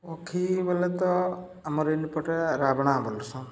ପକ୍ଷୀ ବଲେ ତ ଆମର୍ ଇ ପଟେ ରାବ୍ଣା ବଲ୍ସନ୍